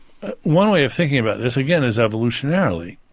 one way of thinking about this again is evolutionarily.